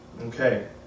Okay